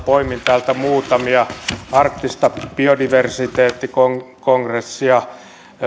poimin täältä muutamia arktista energiakonferenssia arktista biodiversiteettikongressia